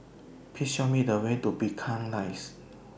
Please Show Me The Way to Binchang Rise